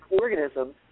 organisms